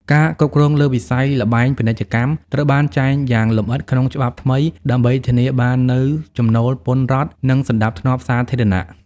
ការគ្រប់គ្រងលើវិស័យល្បែងពាណិជ្ជកម្មត្រូវបានចែងយ៉ាងលម្អិតក្នុងច្បាប់ថ្មី ដើម្បីធានាបាននូវចំណូលពន្ធរដ្ឋ និងសណ្ដាប់ធ្នាប់សាធារណៈ។